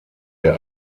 der